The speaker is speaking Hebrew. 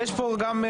נו, אז למה להזיז משם?